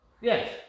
Yes